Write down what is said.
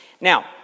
Now